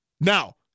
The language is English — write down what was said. Now